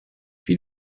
wie